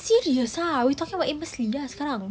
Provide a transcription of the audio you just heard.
serious ah we talking about amos lee ya sekarang